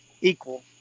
equal